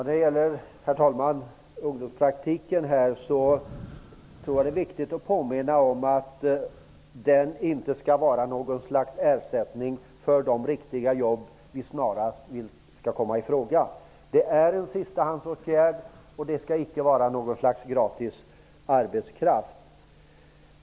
Herr talman! Det är viktigt att påminna om att ungdomspraktiken inte skall vara någon ersättning för de riktiga jobb som snarast skall komma i fråga. Det är en sistahandsåtgärd och skall inte vara någon form av gratis arbetskraft.